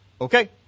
okay